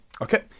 Okay